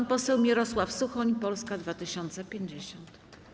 Pan poseł Mirosław Suchoń, Polska 2050.